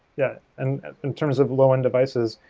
yeah and in terms of low-end devices,